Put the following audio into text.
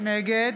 נגד